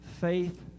Faith